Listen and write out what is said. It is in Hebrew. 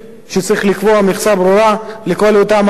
וצריך לקבוע מכסה ברורה לכל אותם האנשים.